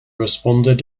responded